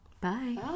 Bye